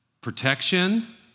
protection